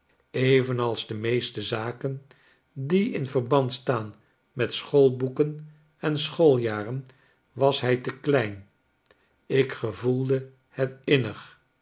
evenals de meeste zaken die in verband staan met schoolboeken en schooljaren was hij te klein ik gevoelde het innig